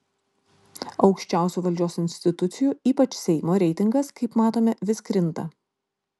aukščiausių valdžios institucijų ypač seimo reitingas kaip matome vis krinta